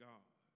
God